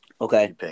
Okay